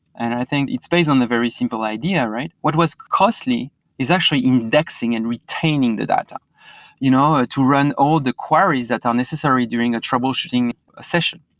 and i think it's based on the very simple idea, right? what was costly is actually indexing and retaining the data you know ah to run all the queries that are necessary doing a troubleshooting session.